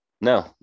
No